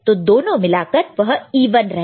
तो दोनों मिलाकर वह इवन रहता